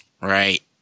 right